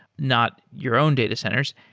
not your own data centers.